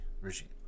regime